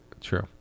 True